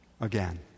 again